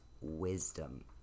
Wisdom